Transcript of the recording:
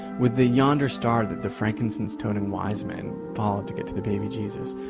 with the yonder star that the frankincense turning wise men followed to get to the baby jesus,